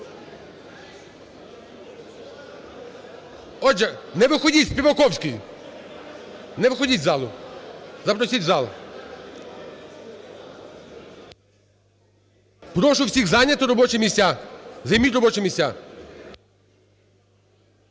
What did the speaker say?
Отже, не виходьте, Співаковський, не виходьте з залу, запросіть в зал. Прошу всіх зайняти робочі місця. Займіть робочі місця.